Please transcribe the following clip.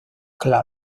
club